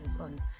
on